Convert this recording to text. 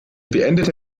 beendete